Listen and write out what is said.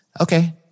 okay